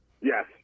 Yes